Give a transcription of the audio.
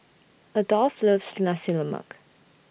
Adolph loves Nasi Lemak